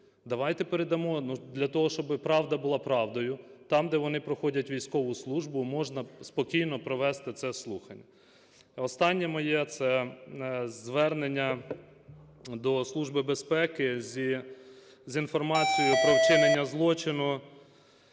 Давайте передамо, для того щоб правда була правдою, там, де вони проходять військову службу, можна спокійно провести це слухання. Останнє моє це звернення - до Служби безпеки з інформацією про вчинення злочину